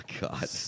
god